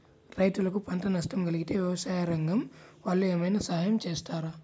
రైతులకు పంట నష్టం కలిగితే వ్యవసాయ రంగం వాళ్ళు ఏమైనా సహాయం చేస్తారా?